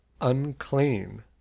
unclean